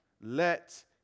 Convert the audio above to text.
let